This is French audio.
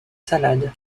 salade